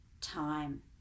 time